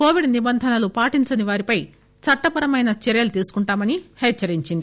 Covid నిబంధనలు పాటించని వారిపై చట్టపరమైన చర్యలు తీసుకుంటామని హెచ్చరించింది